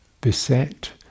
beset